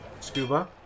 Scuba